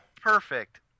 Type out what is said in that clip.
Perfect